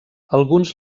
alguns